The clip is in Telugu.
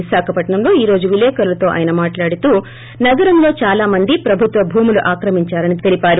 విశాఖపట్నంలో ీఈ రోజు విలేకరులతో ఆయన మాట్లాడుతూ నగరంలో చాలా మంది ప్రభుత్వ భూములు ఆక్రమించారని చెప్పారు